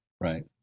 right